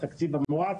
התקציב המועט.